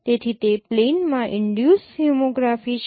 તેથી તે પ્લેનમાં ઈનડ્યુસ હોમોગ્રાફી છે